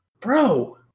bro